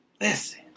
Listen